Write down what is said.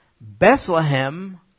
Bethlehem